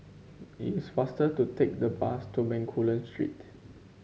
it is faster to take the bus to Bencoolen Street